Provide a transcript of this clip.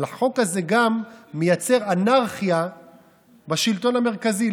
אבל החוק הזה גם מייצר אנרכיה בשלטון המרכזי.